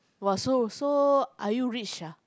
!wah! so so are you rich ah